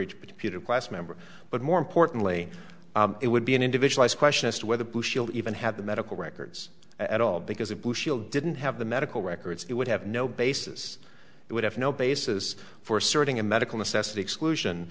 particular class member but more importantly it would be an individualized question as to whether blue shield even had the medical records at all because a blue shield didn't have the medical records it would have no basis it would have no basis for asserting a medical necessity exclusion